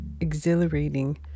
exhilarating